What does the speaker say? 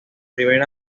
primer